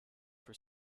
for